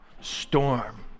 storm